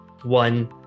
one